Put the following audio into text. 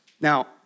Now